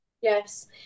yes